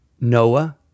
Noah